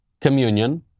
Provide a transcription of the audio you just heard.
communion